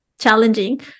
challenging